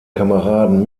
kameraden